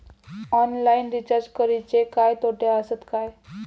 Online recharge करुचे काय तोटे आसत काय?